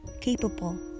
capable